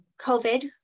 COVID